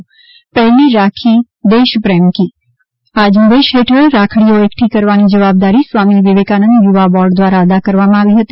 પહેલી રાખી દેશપ્રેમ કી ઝુંબેશ હેઠળ રાખડીઓ એકઠી કરવાની જવાબદારી સ્વામિ વિવેકાનંદ યુવા બોર્ડ દ્વારા અદા કરવામાં આવી હતી